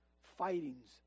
fightings